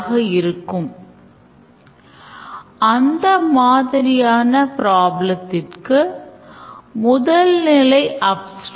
எனவே user interact செய்யத் தொடங்குவதற்கு முன் இந்த முன் நிபந்தனைகள் உள்ளன